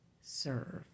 serve